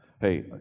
hey